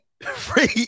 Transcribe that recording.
Free